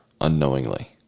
unknowingly